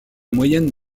moyenne